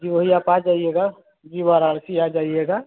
जी वही आप आ जाइएगा जी वाराणसी आ जाइएगा